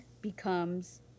becomes